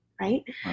right